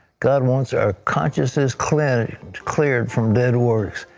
god wants our consciousness clear clear from dead words.